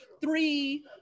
three